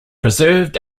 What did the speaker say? preserved